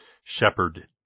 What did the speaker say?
Shepherd